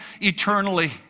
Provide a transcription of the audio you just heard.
eternally